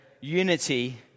unity